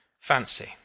fancy!